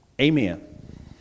Amen